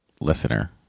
listener